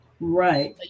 Right